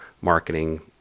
marketing